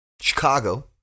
Chicago